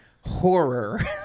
horror